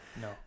no